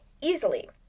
easily